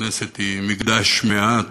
שהכנסת היא מקדש מעט.